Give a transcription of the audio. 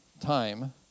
time